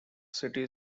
city